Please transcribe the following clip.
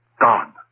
Gone